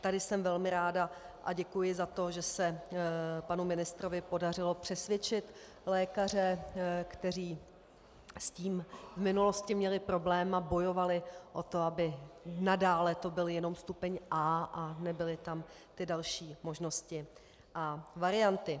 Tady jsem velmi ráda a děkuji za to, že se panu ministrovi podařilo přesvědčit lékaře, kteří s tím v minulosti měli problém a bojovali o to, aby to i nadále byl jenom stupeň A a nebyly tam další možnosti a varianty.